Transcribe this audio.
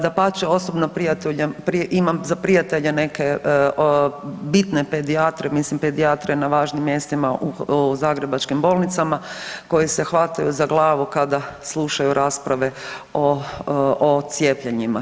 Dapače osobno imam za prijatelje neke bitne pedijatre, mislim pedijatre na važnim mjestima u zagrebačkim bolnicama koji se hvataju za glavu kada slušaju rasprave o cijepljenjima.